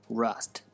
rust